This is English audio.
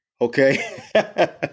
okay